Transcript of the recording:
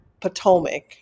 Potomac